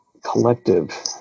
collective